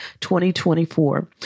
2024